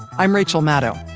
i'm rachel maddow,